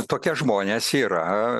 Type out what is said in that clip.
tokie žmonės yra